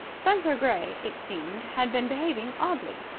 spenser gray, it seemed, had been behaving oddly.